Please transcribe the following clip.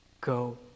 go